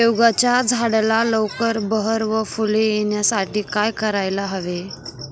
शेवग्याच्या झाडाला लवकर बहर व फूले येण्यासाठी काय करायला हवे?